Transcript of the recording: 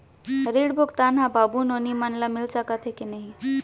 ऋण भुगतान ह बाबू नोनी मन ला मिलिस सकथे की नहीं?